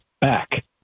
back